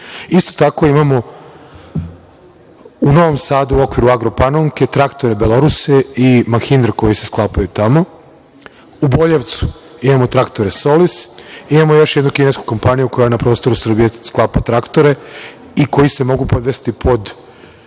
tako imamo u Novom Sadu u okviru „Agropanonke“ traktore „Belaruse“ i „Mahindra“ koji se sklapaju tamo. U Boljevcu imamo traktore „Solis“. Imamo još jednu kinesku kompaniju koja na prostoru Srbije sklapa traktore i koji se mogu podvesti pod